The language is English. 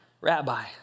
Rabbi